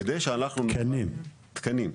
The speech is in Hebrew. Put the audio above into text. כדי שאנחנו נוכל --- תקנים?